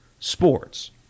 Sports